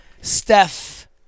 Steph